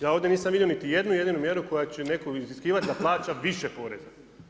Ja ovdje nisam vidio niti jednu jedinu mjeru koja će nekom iziskivati da plaća više poreza.